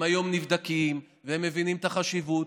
הם היום נבדקים והם מבינים את החשיבות.